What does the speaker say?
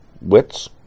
WITS